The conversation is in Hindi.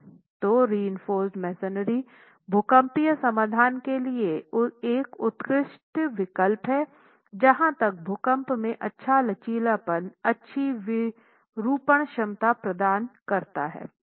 तो रिइंफोर्स मेसनरी भूकंपीय समाधान के लिए एक उत्कृष्ट विकल्प है जहाँ तक भूकंप में अच्छा लचीलापन अच्छी विरूपण क्षमता प्रदान करना है